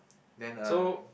then uh